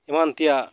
ᱮᱢᱟᱱ ᱛᱮᱭᱟᱜ